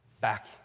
back